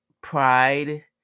pride